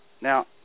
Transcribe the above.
Now